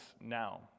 now